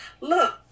look